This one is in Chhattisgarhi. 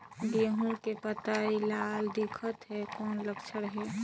गहूं के पतई लाल दिखत हे कौन लक्षण हे?